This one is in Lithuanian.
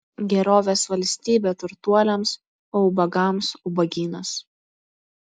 gerovės valstybė turtuoliams o ubagams ubagynas